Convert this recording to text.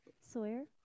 Sawyer